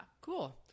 cool